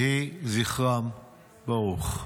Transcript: יהי זכרם ברוך.